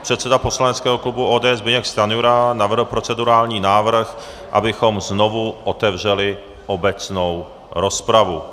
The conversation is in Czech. Předseda poslaneckého klubu ODS Zbyněk Stanjura navrhl procedurální návrh, abychom znovu otevřeli obecnou rozpravu.